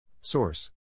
Source